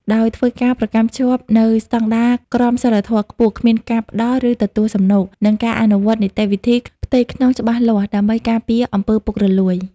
ដោយធ្វើការប្រកាន់ខ្ជាប់នូវស្តង់ដារក្រមសីលធម៌ខ្ពស់ គ្មានការផ្ដល់ ឬទទួលសំណូក និងការអនុវត្តនីតិវិធីផ្ទៃក្នុងច្បាស់លាស់ដើម្បីការពារអំពើពុករលួយ។